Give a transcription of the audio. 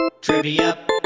Trivia